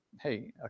Hey